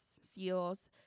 seals